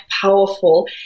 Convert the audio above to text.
powerful